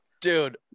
dude